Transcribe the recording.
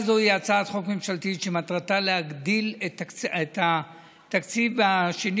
זו היא הצעת חוק ממשלתית שמטרתה להגדיל את התקציב שנית,